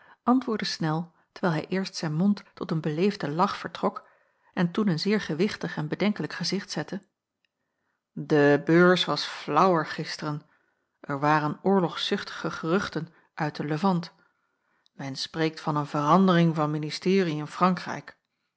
antwoordde snel terwijl hij eerst zijn mond tot een beleefden lach vertrok en toen een zeer gewichtig en bedenkelijk gezicht zette de beurs was flaauwer gisteren er waren oorlogzuchtige geruchten uit de levant men spreekt van een verandering van ministerie in frankrijk